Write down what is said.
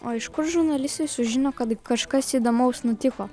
o iš kur žurnalistai sužino kad kažkas įdomaus nutiko